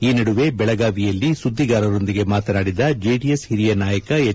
ಈ ನಡುವೆ ಬೆಳಗಾವಿಯಲ್ಲಿ ಸುದ್ದಿಗಾರರೊಂದಿಗೆ ಮಾತನಾಡಿದ ಜೆಡಿಎಸ್ ಹಿರಿಯ ನಾಯಕ ಎಚ್